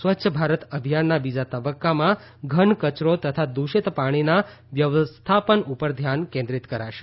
સ્વચ્છ ભારત અભિયાનના બીજા તબક્કામાં ઘન કચરો તથા દ્રષિત પાણીના વ્યવસ્થાપન ઉપર ધ્યાન કેન્દ્રિત કરાશે